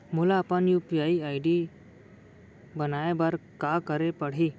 मोला अपन UPI ID बनाए बर का करे पड़ही?